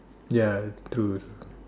ya true